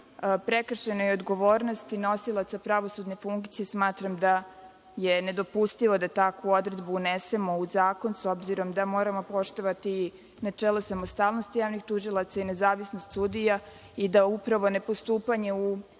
prekršajnoj odgovornosti nosilaca pravosudne funkcije, smatram da je nedopustivo da takvu odredbu unesemo u zakon, s obzirom da moramo poštovati načelo samostalnosti javnih tužilaca i nezavisnost sudija i da upravo nepostupanje u